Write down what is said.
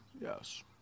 yes